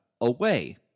away